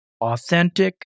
authentic